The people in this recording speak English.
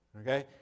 Okay